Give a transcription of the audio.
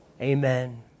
Amen